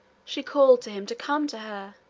she called to him to come to her,